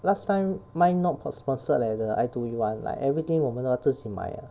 last time mine not spo~ sponsored leh the I two E one like everything 我们都要自己买 eh